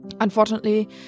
Unfortunately